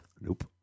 Nope